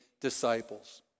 disciples